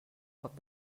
cop